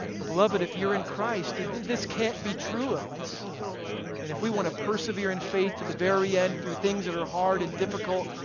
but beloved, if you're in christ and this can't be true of us and if we want to persevere in faith to the very end through things that are hard and difficult,